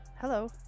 hello